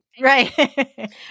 Right